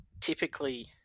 typically